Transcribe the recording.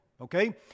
okay